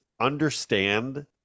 understand